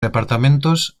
departamentos